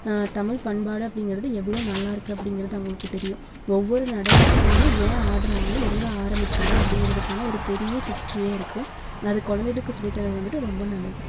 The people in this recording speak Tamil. தமிழ் பண்பாடு அப்படிங்கிறது எவ்வளோ நல்லாருக்குது அப்படிங்கிறது அவங்களுக்கு தெரியும் ஒவ்வொரு நடனத்தோடயும் ஏன் ஆடுறாங்க எங்கே ஆரம்பிச்சாங்கள் அப்படிங்கிறதுக்கான ஒரு பெரிய ஹிஸ்ட்ரியே இருக்கும் அது குழந்தைகளுக்கு சொல்லி தரது வந்துட்டு ரொம்ப நல்லது